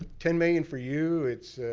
ten million for you. it's